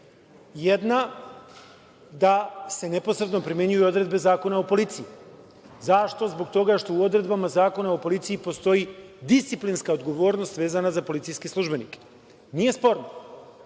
da se neposredno primenjuju odredbe Zakona o policiji. Zašto? Zbog toga što u odredbama Zakona o policiji postoji disciplinska odgovornost vezana za policijske službenike. Nije